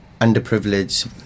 underprivileged